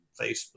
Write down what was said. Facebook